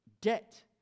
debt